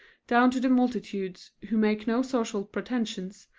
down to the multitudes who make no social pretentions,